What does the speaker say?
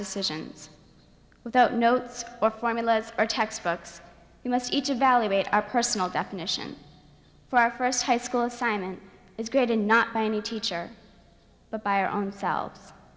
decisions without notes or formulas or textbooks we must each evaluate our personal definition for our first high school assignment is great and not by any teacher but by our own sel